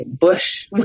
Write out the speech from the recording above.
Bush